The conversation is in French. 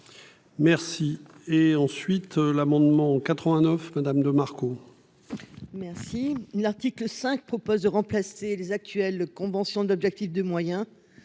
Merci et ensuite l'amendement en 89. Madame de Marco. Merci. L'article 5 propose de remplacer les actuelles conventions d'objectifs de moyens.